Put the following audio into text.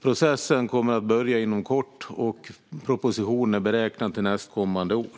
Processen kommer att börja inom kort, och propositionen är beräknad till nästkommande år.